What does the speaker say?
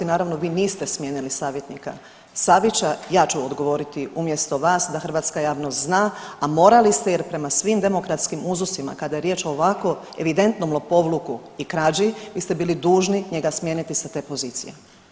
Naravno vi niste smijenili savjetnika Savića ja ću odgovoriti umjesto vas da hrvatska javnost zna, a morali ste jer prema svim demokratskim uzusima kada je riječ o ovako evidentnom lopovluku i krađi vi ste bili dužni njega smijeniti sa te pozicije.